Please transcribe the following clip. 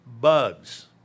bugs